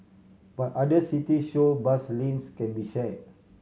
but other city show bus lanes can be share